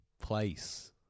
place